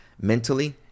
mentally